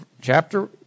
Chapter